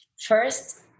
First